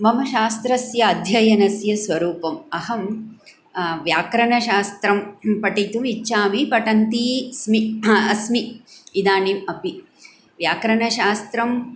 मम शास्त्रस्य अध्ययनस्य स्वरूपम् अहं व्याकरणशास्त्रं पठितुम् इच्छामि पठन्ति अस्मि अस्मि इदानीम् अपि व्याकरणशास्त्रं